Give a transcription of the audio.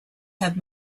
have